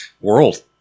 world